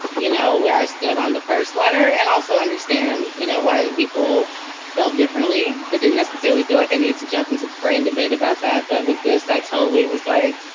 you know, where i stood on the first letter and also understand you know why people felt differently, but didn't necessarily feel like i need to japanese its brain debate about that. but with this, i totally was like,